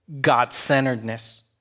God-centeredness